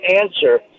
answer